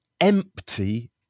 empty